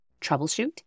troubleshoot